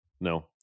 No